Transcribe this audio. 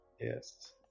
Yes